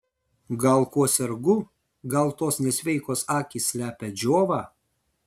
gal kuo sergu gal tos nesveikos akys slepia džiovą